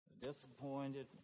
disappointed